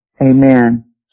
Amen